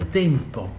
tempo